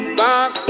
back